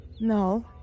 No